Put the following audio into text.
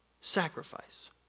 sacrifice